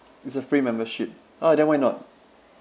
it's a free membership ah then why not